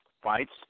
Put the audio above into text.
Fights